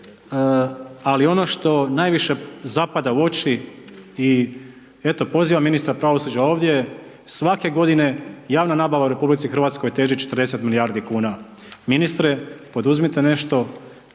Ali, ono što najviše zapada u oči, i eto, pozivam ministra pravosuđa ovdje, svake godine javna nabava u RH teži 40 milijardi kn. Ministre, poduzmite nešto